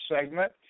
segment